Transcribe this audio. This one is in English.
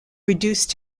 reduced